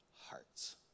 Hearts